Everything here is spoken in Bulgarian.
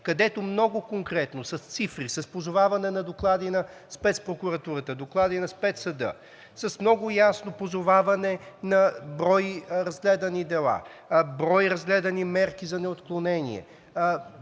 където много конкретно с цифри, с позоваване на доклади на Спецпрокуратурата, доклади на Спецсъда, с много ясно позоваване на брой разгледани дела, брой разгледани мерки за неотклонение,